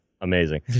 amazing